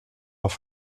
auch